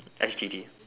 S G D